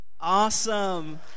Awesome